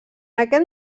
aquest